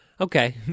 Okay